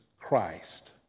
Christ